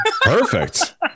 Perfect